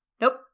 Nope